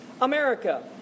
America